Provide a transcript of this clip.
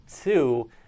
two